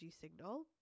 signal